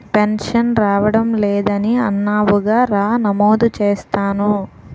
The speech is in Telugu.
పెన్షన్ రావడం లేదని అన్నావుగా రా నమోదు చేస్తాను